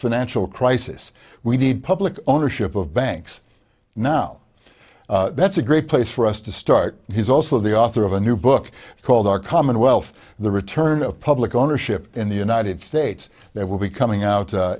financial crisis we need public ownership of banks now that's a great place for us to start he's also the author of a new book called our common wealth the return of public ownership in the united states that will be coming out